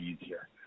easier